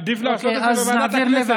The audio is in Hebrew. עדיף לעשות את זה בוועדת הכנסת.